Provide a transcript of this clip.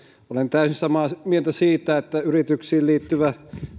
täysin samaa mieltä siitä että esimerkiksi yrityksiin liittyvä